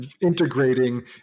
integrating